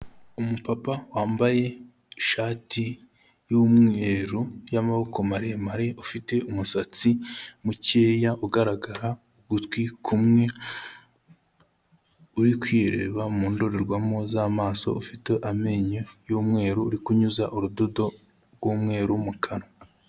Umupapa wambaye ishati y'umweru y'amaboko maremare afite umusatsi mukeya ugaragara ugutwi kumwe, uri kwireba mu ndorerwamo z'amaso ufite amenyo y'umweru uri kunyuza urudodo rw'umweru mu kanwa.